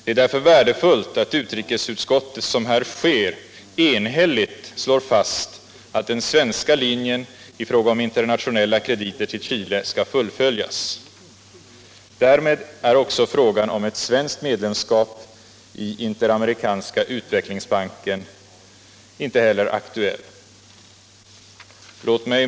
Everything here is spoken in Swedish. Det är därför värdefullt att utrikesutskottet, som här sker, enhälligt slår fast att den svenska linjen i fråga om internationella krediter till Chile skall fullföljas. Därmed är inte heller frågan om ett svenskt medlemskap i Interamerikanska utvecklingsbanken aktuell.